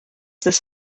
this